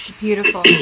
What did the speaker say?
Beautiful